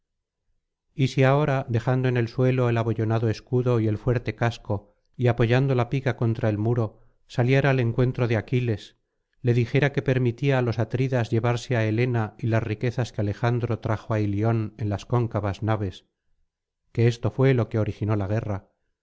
y si ahora dejando en el suelo el abollonado escudo y el fuerte casco y apoyando la pica contra el muro saliera al encuentro de aqurles le dijera que permitía á los atridas llevarse á helena y las riquezas que alejandro trajo á ilion n las cóncavas naves que esto fué lo que originó la guerra